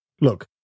Look